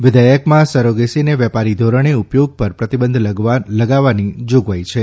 વિઘેયકમાં સરોગેસીને વેપારી ધોરણે ઉપયોગ પર પ્રતિબંધ લગાવવાની જોગવાઇ છે